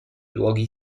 luoghi